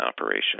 operation